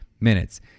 minutes